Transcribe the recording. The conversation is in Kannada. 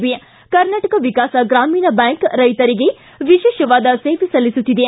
ಬಿ ಕರ್ನಾಟಕ ವಿಕಾಸ ಗ್ರಾಮೀಣ ಬ್ಯಾಂಕ್ ರೈತರಿಗೆ ವಿಶೇಷವಾದ ಸೇವೆ ಸಲ್ಲಿಸುತ್ತಿದೆ